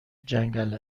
جنگل